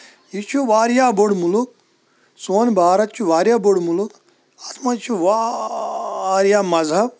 یہِ چھُ واریاہ بوڑ مُلک سون بارَت چھُ واریاہ بوڑ مُلک اَتھ منٛز چھُ واریاہ مذہب